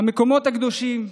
המקומות הקדושים,